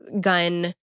gun